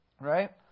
Right